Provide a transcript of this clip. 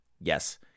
Yes